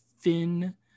thin